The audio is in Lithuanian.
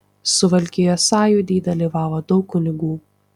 suvalkijos sąjūdy dalyvavo daug kunigų